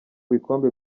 bikombe